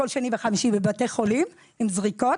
כל שני וחמישי בבתי חולים עם זריקות